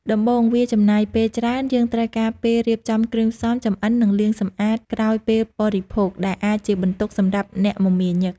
ដំបូង វាចំណាយពេលច្រើន យើងត្រូវការពេលរៀបចំគ្រឿងផ្សំ ចម្អិន និងលាងសម្អាតក្រោយពេលបរិភោគ ដែលអាចជាបន្ទុកសម្រាប់អ្នកមមាញឹក។